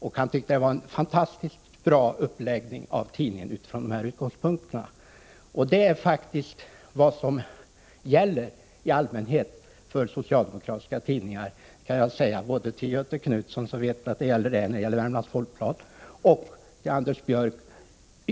Han tyckte att tidningen hade en fantastiskt bra uppläggning utifrån dessa utgångspunkter. Detta är faktiskt också vad som i allmänhet gäller för socialdemokratiska tidningar. Jag vill säga detta både till Göthe Knutson, för att betona att jag avser även Värmlands Folkblad, och till Anders Björck.